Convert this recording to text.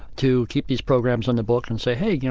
to keep these programs in the book and say, hey, you know,